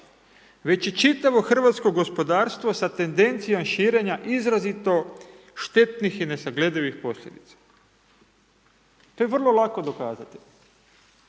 već i čitavo hrvatsko gospodarstvo s tendencijom širenja izrazito štetnih i nesagledivih posljedica. To je vrlo lako dokazati.